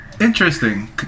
Interesting